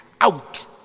out